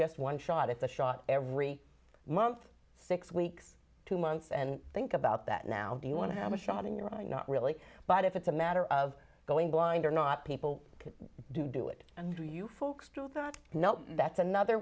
just one shot at the shot every month six weeks two months and think about that now do you want to have a shot in your eye not really but if it's a matter of going blind or not people could do it and you folks do that no that's another